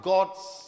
God's